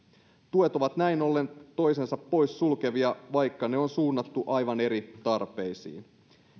tuet ovat näin ollen toisensa poissulkevia vaikka ne on suunnattu aivan eri tarpeisiin